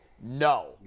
no